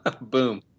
Boom